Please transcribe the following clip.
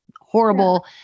horrible